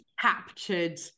captured